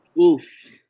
Oof